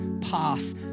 pass